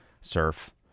surf